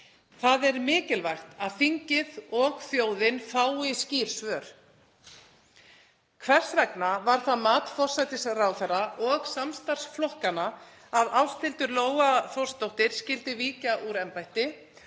Það er mikilvægt að þingið og þjóðin fái skýr svör. Hvers vegna var það mat forsætisráðherra og samstarfsflokkanna að Ásthildur Lóa Þórsdóttir skyldi víkja úr embætti